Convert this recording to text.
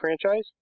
franchise